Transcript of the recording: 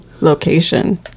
location